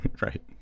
Right